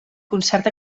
concert